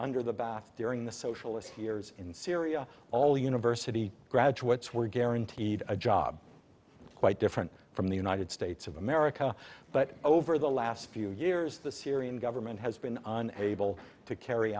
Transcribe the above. under the bath during the socialist years in syria all the university graduates were guaranteed a job quite different from the united states of america but over the last few years the syrian government has been unable to carry